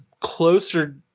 closer